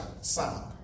sound